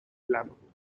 flammable